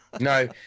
No